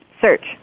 search